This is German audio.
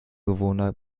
bewohner